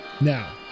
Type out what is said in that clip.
Now